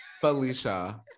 Felicia